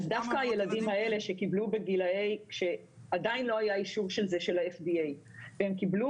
דווקא הילדים האלה כאשר עדיין לא היה אישור של ה-FDA והם קיבלו